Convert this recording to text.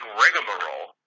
rigmarole